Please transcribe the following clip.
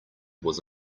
was